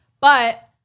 But-